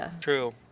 True